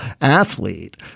athlete